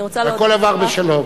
הכול עבר בשלום,